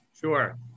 Sure